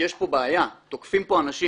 יש פה בעיה, תוקפים פה אנשים.